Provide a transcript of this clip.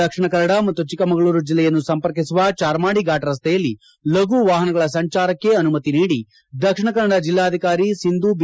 ದಕ್ಷಿಣ ಕನ್ನಡ ಮತ್ತು ಚಿಕ್ಕಮಗಳೂರು ಜಿಲ್ಲೆಯನ್ನು ಸಂಪರ್ಕಿಸುವ ಚಾರ್ಮಾಡಿ ಫಾಟ್ ರಸ್ತೆಯಲ್ಲಿ ಲಘು ವಾಹನಗಳ ಸಂಚಾರಕ್ಕೆ ಅನುಮತಿ ನೀಡಿ ದಕ್ಷಿಣ ಕನ್ನಡ ಜಿಲ್ಲಾಧಿಕಾರಿ ಸಿಂಧು ಬಿ